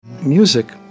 Music